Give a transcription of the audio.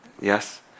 Yes